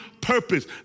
purpose